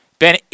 Ben